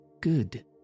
Good